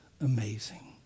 amazing